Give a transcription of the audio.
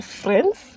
friends